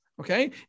okay